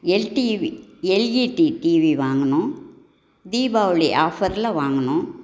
L TV LED TV வாங்குனோம் தீபாவளி ஆஃபரில் வாங்குனோம்